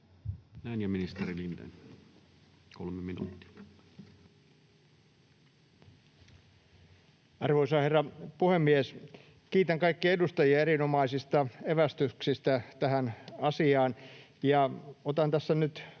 Näin. — Ja ministeri Lindén, 3 minuuttia. Arvoisa herra puhemies! Kiitän kaikkia edustajia erinomaisista evästyksistä tähän asiaan. Otan tässä nyt